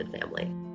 family